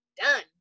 done